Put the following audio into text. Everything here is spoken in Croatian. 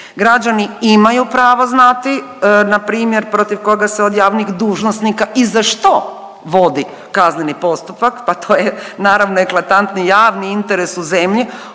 Građani imaju pravo znati npr. protiv koga se od javnih dužnosnika i za što vodi kazneni postupak, pa to je naravno eklatantni javni interes u zemlji